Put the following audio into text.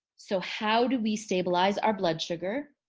so how do we stabilize our blood sugar?